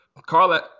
Carla